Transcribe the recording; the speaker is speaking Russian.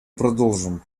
продолжим